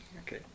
okay